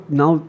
now